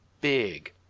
big